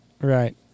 right